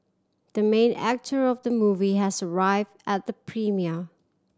the main actor of the movie has arrived at the premiere